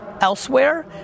elsewhere